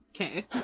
okay